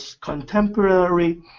contemporary